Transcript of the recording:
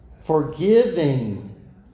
Forgiving